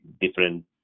different